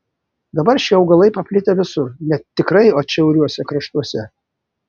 dabar šie augalai paplitę visur net tikrai atšiauriuose kraštuose